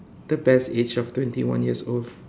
the best age of twenty one years old